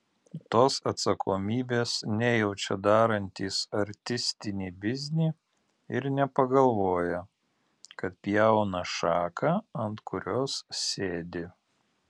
tos atsakomybės nejaučia darantys artistinį biznį ir nepagalvoja kad pjauna šaką ant kurios sėdi